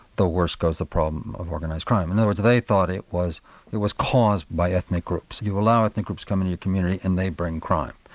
the worse goes the problem of organised crime. in other words they thought it was it was caused by ethnic groups. you allow ethnic groups come into and your community, and they bring crime.